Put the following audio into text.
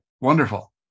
Wonderful